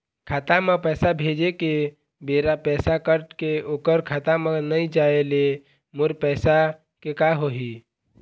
खाता म पैसा भेजे के बेरा पैसा कट के ओकर खाता म नई जाय ले मोर पैसा के का होही?